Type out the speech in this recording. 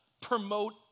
promote